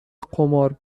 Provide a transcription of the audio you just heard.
قمار